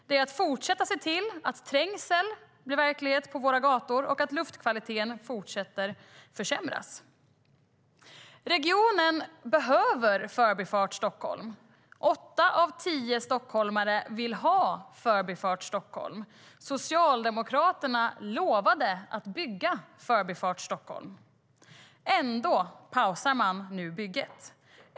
Det är att fortsätta se till att trängsel blir verklighet på våra gator och att luftkvaliteten fortsätter att försämras. Regionen behöver Förbifart Stockholm. Åtta av tio stockholmare vill ha Förbifart Stockholm. Socialdemokraterna lovade att bygga Förbifart Stockholm. Ändå pausar man nu bygget.